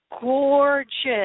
gorgeous